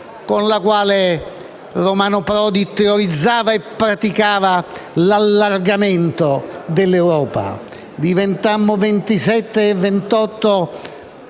Grazie